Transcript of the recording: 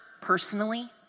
personally